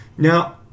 Now